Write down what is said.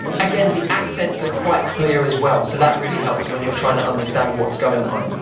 again the accents are quite clear as well so that really helps when you are trying to understand what's going on.